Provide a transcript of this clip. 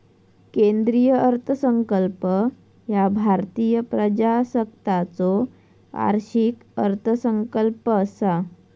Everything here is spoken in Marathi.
केंद्रीय अर्थसंकल्प ह्या भारतीय प्रजासत्ताकाचो वार्षिक अर्थसंकल्प असा